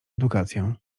edukację